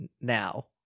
now